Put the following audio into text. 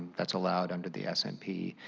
that's allowed under the s and p.